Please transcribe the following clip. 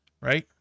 right